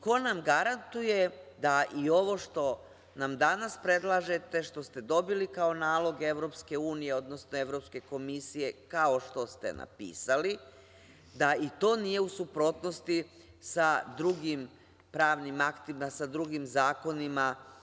Ko nam garantuje da i ovo što nam danas predlažete, što ste dobili kao nalog EU, odnosno Evropske komisije, kao što ste napisali, da to nije u suprotnosti sa drugim pravnim aktima, sa drugim zakonima.